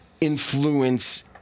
influence